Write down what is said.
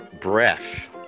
Breath